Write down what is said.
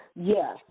Yes